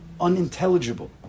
unintelligible